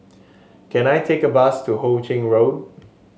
can I take a bus to Ho Ching Road